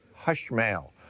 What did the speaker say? Hushmail